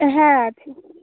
হ্যাঁ আছে